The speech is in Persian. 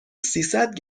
سیصد